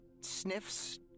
sniffs